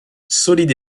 solide